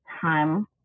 time